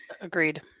agreed